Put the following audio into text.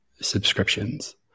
subscriptions